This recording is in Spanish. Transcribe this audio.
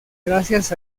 gracias